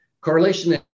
Correlation